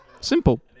Simple